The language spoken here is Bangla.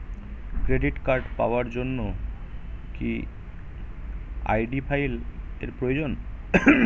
ক্রেডিট কার্ড পাওয়ার জন্য কি আই.ডি ফাইল এর প্রয়োজন?